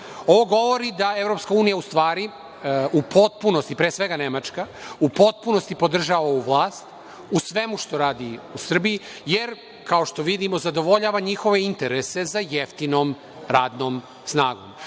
Ovo govori da EU u potpunosti, pre svega Nemačka, podržava ovu vlast u svemu što radi u Srbiji, jer, kao što vidimo, zadovoljava njihove interese za jeftinom radnom snagom.